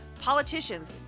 politicians